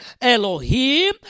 Elohim